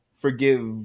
forgive